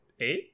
Eight